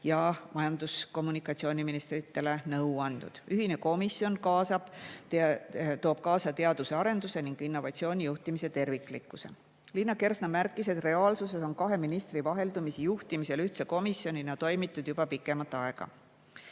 ja kommunikatsiooniministrile – eraldi nõu andnud. Ühine komisjon toob kaasa teaduse, arenduse ning innovatsiooni juhtimise terviklikkuse. Liina Kersna märkis, et reaalsuses on kahe ministri vaheldumisi juhtimisel ühtse komisjonina toimitud juba pikemat